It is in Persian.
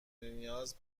نیاز